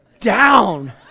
down